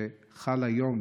שחל היום,